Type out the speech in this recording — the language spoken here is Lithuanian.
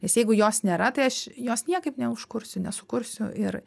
nes jeigu jos nėra tai aš jos niekaip neužkursiu nesukursiu ir